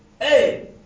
Hey